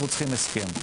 אנחנו צריכים הסכם.